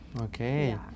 Okay